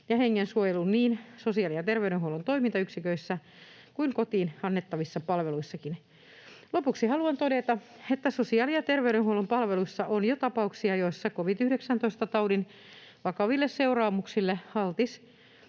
ja hengen suojelun niin sosiaali‑ ja terveydenhuollon toimintayksiköissä kuin kotiin annettavissa palveluissakin. Lopuksi haluan todeta, että sosiaali‑ ja terveydenhuollon palveluissa on jo tapauksia, joissa covid-19-taudin vakaville seuraamuksille altis